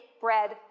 bread